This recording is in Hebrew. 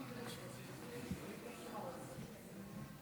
חבר הכנסת סימון מושיאשוילי נמצא איתנו,